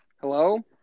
Hello